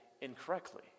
incorrectly